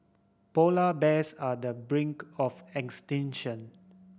polar bears are the brink of extinction